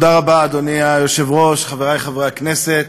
אדוני היושב-ראש, תודה רבה, חברי חברי הכנסת,